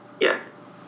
yes